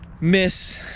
miss